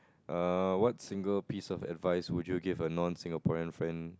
er what single piece of advice would you give a non Singaporean friend